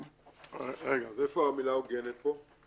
1988". אז איפה המילה "הוגנת" פה?